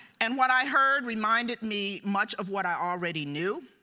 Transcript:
and what i heard reminded me much of what i already knew.